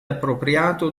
appropriato